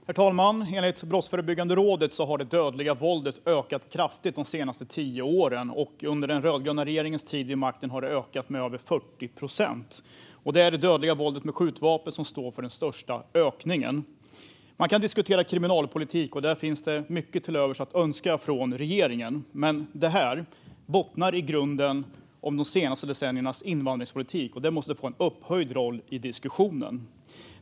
Herr talman! Enligt Brottsförebyggande rådet har det dödliga våldet ökat kraftigt de senaste tio åren. Under den rödgröna regeringens tid vid makten har det ökat med över 40 procent, och det är det dödliga våldet med skjutvapen som står för den största ökningen. Man kan diskutera kriminalpolitik, och där finns mycket övrigt att önska från regeringen. Men det här bottnar i grunden om de senaste decenniernas invandringspolitik, som måste få en upphöjd roll i diskussionen.